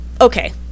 okay